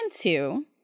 two